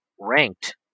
ranked